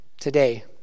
today